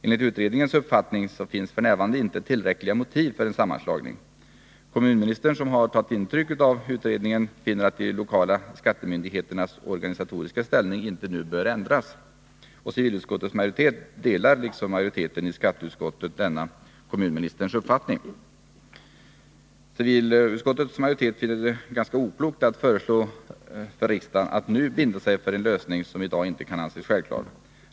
Enligt utredningens uppfattning finns f. n. inte tillräckliga motiv för en sammanslagning. Kommunministern, som har tagit intryck av utredningen, finner att de lokala skattemyndigheternas organisatoriska ställning inte nu bör ändras. Civilutskottets majoritet delar, liksom majoriteten i skatteutskottet, denna kommunministerns uppfattning. Civilutskottets majoritet finner det ganska oklokt att föreslå riksdagen att nu binda sig för en lösning som i dag inte kan anses självklar.